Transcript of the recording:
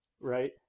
Right